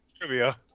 Trivia